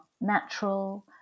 natural